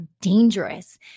dangerous